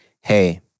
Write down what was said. hey